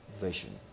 vision